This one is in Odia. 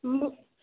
ମୁଁ